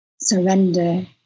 Surrender